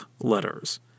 letters